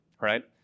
right